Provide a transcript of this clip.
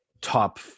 top